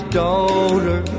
daughter